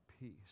Peace